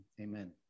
Amen